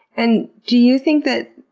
and do you think that,